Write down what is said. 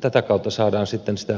tätä kautta saadaan sitten sitä oikeaa tietoa